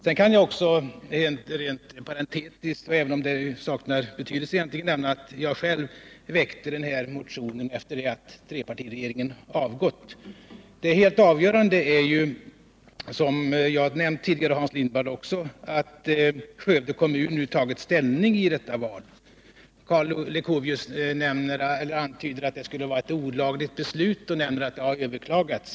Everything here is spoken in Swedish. Sedan kan jag också rent parentetiskt — även om det egentligen saknar betydelse — nämna att jag själv väckte min motion efter det att trepartiregeringen avgått. Det helt avgörande är — som jag och även Hans Lindblad har nämnt tidigare 129 Nr 48 —-att Skövde kommun nu tagit ställning i detta val. Karl Leuchovius antydde Onsdagen den att det skulle vara ett olagligt beslut och nämnde att det har överklagats.